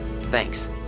Thanks